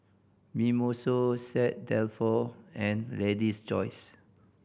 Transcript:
Mimosa Set Dalfour and Lady's Choice